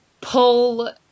pull